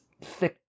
thick